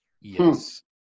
Yes